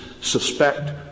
suspect